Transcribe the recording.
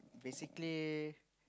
basically